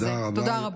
תודה רבה.